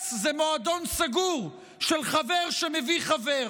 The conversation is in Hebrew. שבג"ץ זה מועדון סגור של חבר שמביא חבר,